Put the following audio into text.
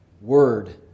word